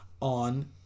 on